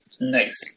Nice